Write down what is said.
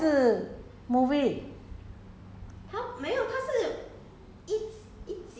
一个是戏 mah 没有它是它是 series 的还是 movie